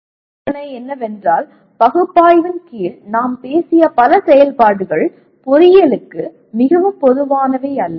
மற்ற பிரச்சினை என்னவென்றால் பகுப்பாய்வின் கீழ் நாம் பேசிய பல செயல்பாடுகள் பொறியியலுக்கு மிகவும் பொதுவானவை அல்ல